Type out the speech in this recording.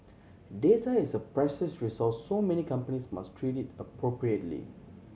data is a precious resource so many companies must treat it appropriately